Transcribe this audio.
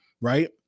right